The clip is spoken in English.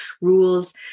rules